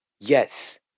yes